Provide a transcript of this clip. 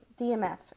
DMF